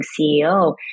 CEO